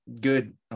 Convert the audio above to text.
good –